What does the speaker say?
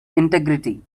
integrity